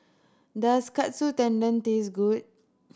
does Katsu Tendon taste good